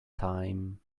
time